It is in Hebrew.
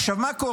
עכשיו, מה קורה?